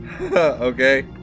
Okay